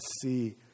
see